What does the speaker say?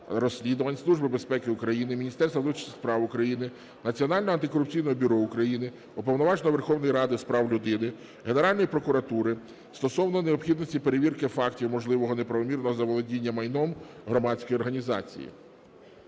розслідувань, Служби безпеки України, Міністерства внутрішніх справ України, Національного антикорупційного бюро України, Уповноваженого Верховної Ради з прав людини, Генеральної прокуратури стосовно необхідності перевірки фактів можливого неправомірного заволодіння майном громадської організації.